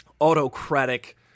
autocratic